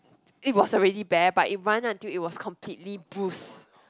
it was already bare but it run until it was completely bruised